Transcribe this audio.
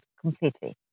completely